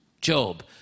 Job